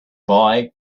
boy